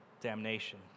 damnation